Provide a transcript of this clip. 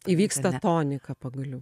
įvyksta tonika pagaliau